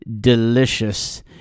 delicious